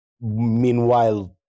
meanwhile